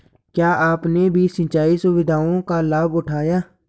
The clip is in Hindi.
क्या आपने भी सिंचाई सुविधाओं का लाभ उठाया